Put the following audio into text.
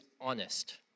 honest